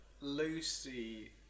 Lucy